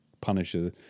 Punisher